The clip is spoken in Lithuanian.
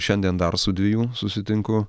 šiandien dar su dviejų susitinku